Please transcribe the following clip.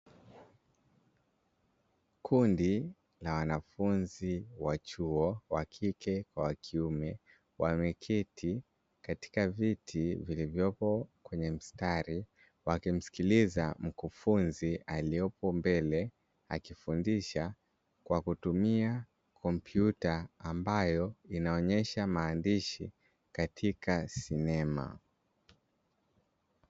Kundi la wanafunzi wa chuo, wa kike kwa wa kiume, wameketi katika viti vilivyopo kwenye mistari, wakimsikiliza mkufunzi aliyepo mbele akifundisha kwa kutumia kompyuta ambayo inaonyesha maandishi katika sinema.